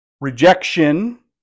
Rejection